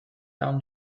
down